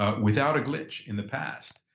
ah without a glitch in the past.